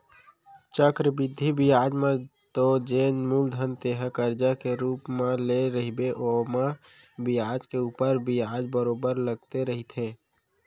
चक्रबृद्धि बियाज म तो जेन मूलधन तेंहा करजा के रुप म लेय रहिबे ओमा बियाज के ऊपर बियाज बरोबर लगते रहिथे